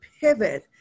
pivot